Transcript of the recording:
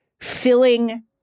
filling